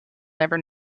never